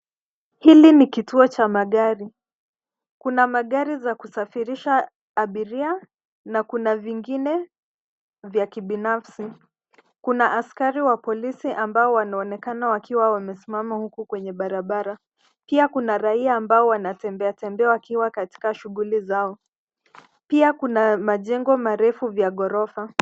Hili ni kituo cha magari. Kuna magari za kusafirisha abiria na kuna vingine vya kibinafsi. Kuna askari wa polisi ambao wanaonekana wakiwa wamesimama huku kwenye barabara. Pia kuna raia ambao wanatembeatembea wakiwa katika shughuli zao. Pia kuna majengo marefu vya gorofa.